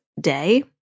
day